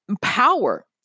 Power